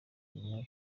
imyanya